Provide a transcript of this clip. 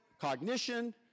cognition